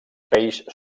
peix